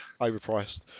overpriced